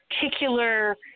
particular